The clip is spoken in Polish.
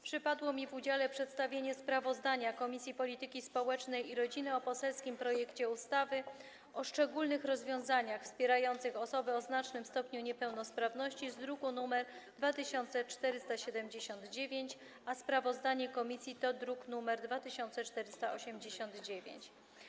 Przypadło mi w udziale przedstawienie sprawozdania Komisji Polityki Społecznej i Rodziny o poselskim projekcie ustawy o szczególnych rozwiązaniach wspierających osoby o znacznym stopniu niepełnosprawności, druk nr 2479, a sprawozdanie komisji to druk nr 2489.